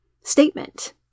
statement